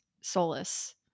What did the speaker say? solace